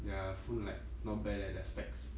their phone like not bad leh the specs